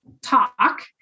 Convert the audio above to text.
talk